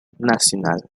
nacional